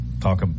talk